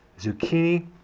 zucchini